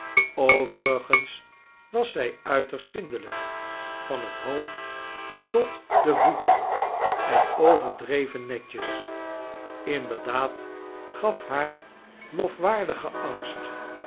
overigens was zij uiterst edndelijk van het hoofd tot de voeten en overdreven metjes inderdaad gaf haar lofwaardige angst